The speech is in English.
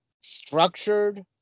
structured